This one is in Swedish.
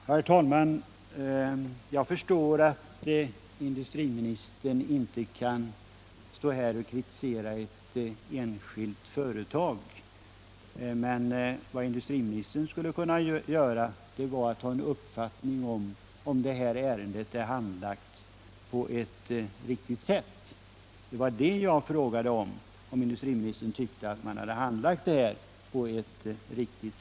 Herr talman! Jag förstår att industriministern inte kan stå här och kritisera ett enskilt företag, men industriministern skulle ändå kunna ha en uppfattning om ifall det här ärendet är handlagt på ett riktigt sätt eller inte. Det var det jag frågade om.